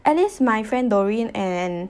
at least my friend doreen and